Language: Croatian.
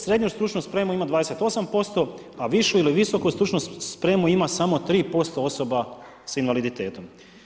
Srednju stručnu spremu ima 28%, a višu ili visoku stručnu spremu ima samo 3% osoba s invaliditetom.